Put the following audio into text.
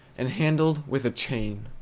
and handled with a chain.